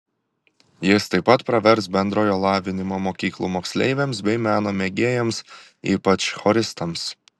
jis taip pat pravers bendrojo lavinimo mokyklų moksleiviams bei meno mėgėjams ypač choristams